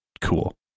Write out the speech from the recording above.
cool